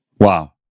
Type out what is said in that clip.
Wow